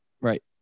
Right